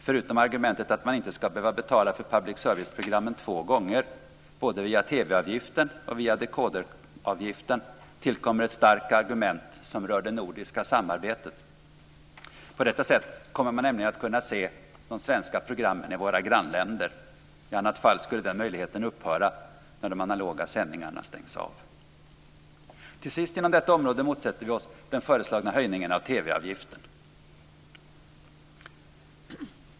Förutom argumentet att man inte ska behöva betala för public service-programmen två gånger, både via TV-avgiften och via dekoderavgiften, tillkommer ett starkt argument som rör det nordiska samarbetet. På detta sätt kommer man nämligen att kunna se de svenska programmen i våra grannländer. I annat fall skulle den möjligheten upphöra när de analoga sändningarna stängs av. Till sist inom detta område motsätter vi oss den föreslagna höjningen av TV-avgiften.